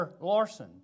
Larson